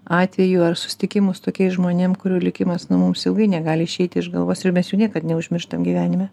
atvejų ar susitikimų su tokiais žmonėm kurių likimas nu mum ilgai negali išeiti iš galvos ir mes jų niekad neužmirštam gyvenime